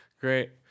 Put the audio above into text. Great